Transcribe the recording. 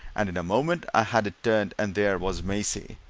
and in a moment i had it turned, and there was maisie,